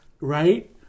right